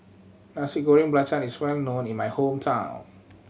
Nasi Goreng Belacan is well known in my hometown